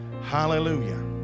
hallelujah